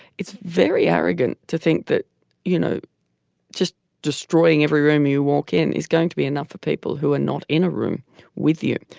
it's very arrogant to think that you know just destroying every room you walk in is going to be enough for people who are not in a room with you.